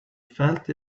felt